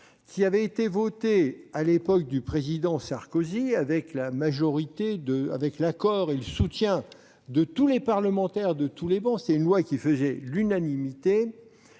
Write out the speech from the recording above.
qui avait été votée à l'époque du président Sarkozy, avec l'accord et le soutien de tous les parlementaires, sur toutes les travées - ce texte faisait l'unanimité